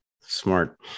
smart